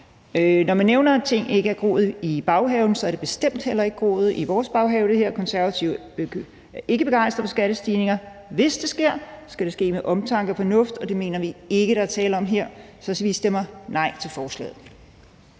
Når man nævner, at ting ikke er groet i baghaven, så er det her bestemt heller ikke groet i vores baghave. Konservative er ikke begejstret for skattestigninger. Hvis det sker, skal det ske med omtanke og fornuft, og det mener vi ikke der er tale om her, så vi stemmer nej til forslaget.